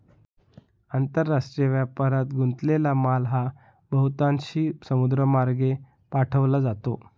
आंतरराष्ट्रीय व्यापारात गुंतलेला माल हा बहुतांशी समुद्रमार्गे पाठवला जातो